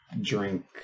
drink